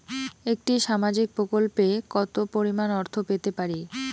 একটি সামাজিক প্রকল্পে কতো পরিমাণ অর্থ পেতে পারি?